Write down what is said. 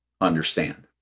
understand